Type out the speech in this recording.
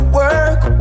work